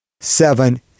seven